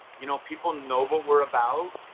you know, people know what we're about.